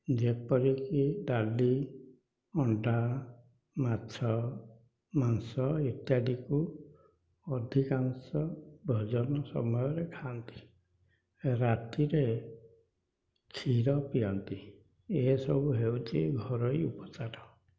ଯେପରିକି ଡାଲି ଅଣ୍ଡା ମାଛ ମାଂସ ଇତ୍ୟାଦିକୁ ଅଧିକାଂଶ ଭୋଜନ ସମୟରେ ଖାଆନ୍ତି ରାତିରେ କ୍ଷୀର ପିଅନ୍ତି ଏହିସବୁ ହେଉଛି ଘରୋଇ ଉପଚାର